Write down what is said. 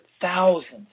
thousands